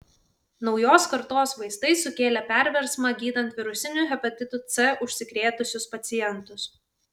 naujos kartos vaistai sukėlė perversmą gydant virusiniu hepatitu c užsikrėtusius pacientus